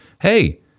Hey